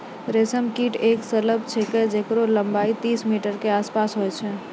रेशम कीट एक सलभ छिकै जेकरो लम्बाई तीस मीटर के आसपास होय छै